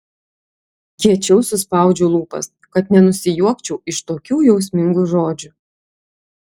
kiečiau suspaudžiu lūpas kad nenusijuokčiau iš tokių jausmingų žodžių